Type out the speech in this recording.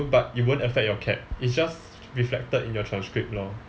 but it won't affect your cap it's just reflected in your transcript lor